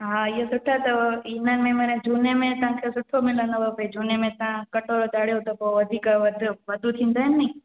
हा इहा सुठा अथव इनमें मन झूने में तव्हांखे सुठो मिलंदुव भई झुने में तव्हां कटोरो चाढ़ियो त पोइ वधीक वधो वधो थींदा आहिनि नी